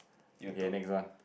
okay next one